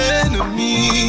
enemy